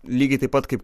lygiai taip pat kaip